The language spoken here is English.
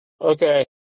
Okay